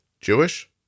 jewish